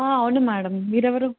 అవును మేడం మీరు ఎవరు